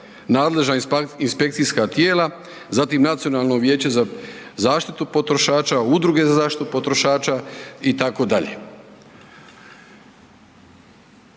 nadležna inspekcijska tijela, zatim nacionalno vijeće za zaštitu potrošača, udruge za zaštitu potrošača itd.